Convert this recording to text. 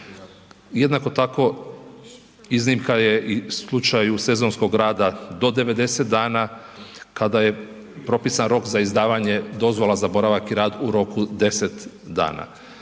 Jednako tako, iznimka je i u slučaju sezonskog rada do 90 dana kada je propisan rok za izdavanje dozvola za boravak i rad u roku 10 dana.